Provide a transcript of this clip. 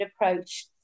approach